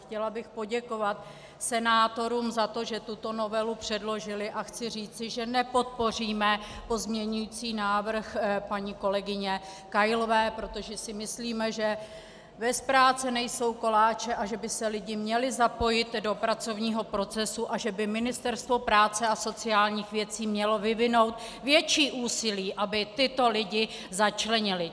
Chtěla bych poděkovat senátorům za to, že tuto novelu předložili, a chci říci, že nepodpoříme pozměňující návrh paní kolegyně Kailové, protože si myslíme, že bez práce nejsou koláče a že by se lidi měli zapojit do pracovního procesu a že by Ministerstvo práce a sociálních věcí mělo vyvinout větší úsilí, aby tyto lidi začlenili.